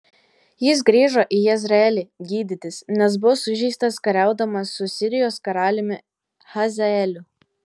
jis grįžo į jezreelį gydytis nes buvo sužeistas kariaudamas su sirijos karaliumi hazaeliu